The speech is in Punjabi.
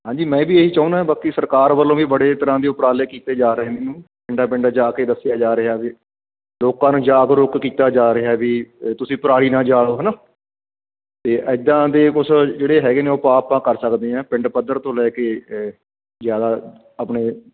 ਹਾਂਜੀ ਮੈਂ ਵੀ ਇਹੀ ਚਾਹੁੰਦਾ ਬਾਕੀ ਸਰਕਾਰ ਵੱਲੋਂ ਵੀ ਬੜੇ ਤਰ੍ਹਾਂ ਦੇ ਉਪਰਾਲੇ ਕੀਤੇ ਜਾ ਰਹੇ ਪਿੰਡ ਪਿੰਡ ਜਾ ਕੇ ਦੱਸਿਆ ਜਾ ਰਿਹਾ ਵੀ ਲੋਕਾਂ ਨੂੰ ਜਾਗਰੂਕ ਕੀਤਾ ਜਾ ਰਿਹਾ ਵੀ ਤੁਸੀਂ ਪਰਾਲੀ ਨਾ ਜਾਲੋ ਹੈ ਨਾ ਅਤੇ ਇੱਦਾਂ ਦੇ ਕੁਝ ਜਿਹੜੇ ਹੈਗੇ ਨੇ ਉਹ ਉਪਾਅ ਆਪਾਂ ਕਰ ਸਕਦੇ ਆ ਪਿੰਡ ਪੱਧਰ ਤੋਂ ਲੈ ਕੇ ਏ ਜ਼ਿਆਦਾ ਆਪਣੇ